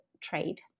trade